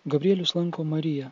gabrielius lanko mariją